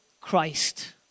Christ